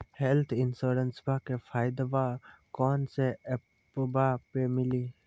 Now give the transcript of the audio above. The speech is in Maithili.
हेल्थ इंश्योरेंसबा के फायदावा कौन से ऐपवा पे मिली?